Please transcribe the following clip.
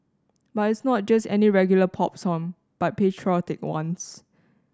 but it's not just any regular pop song but patriotic ones